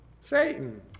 Satan